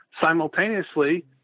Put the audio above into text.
Simultaneously